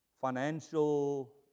financial